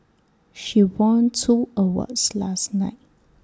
she won two awards last night